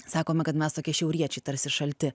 sakoma kad mes tokie šiauriečiai tarsi šalti